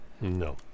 No